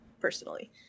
personally